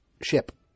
ship